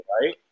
right